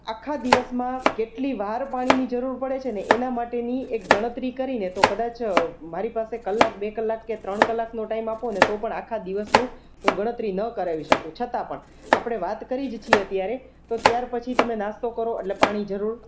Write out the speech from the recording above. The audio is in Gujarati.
આખા દિવસમાં કેટલી વાર પાણીની જરૂર પડે છે ને એના માટેની એક ગણતરી કરીએને તો કદાચ મારી પાસે કલાક બે કલાક કે ત્રણ કલાકનો ટાઈમ આપોને તો પણ આખા દિવસનું હું ગણતરી ન કરાવી શકું છતાં પણ આપણે વાત કરી જ છે ત્યારે તો ત્યાર પછી તમે નાસ્તો કરો એટલે પાણીની જરૂર